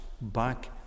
back